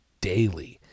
daily